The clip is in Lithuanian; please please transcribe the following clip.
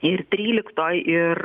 ir tryliktoj ir